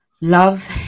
Love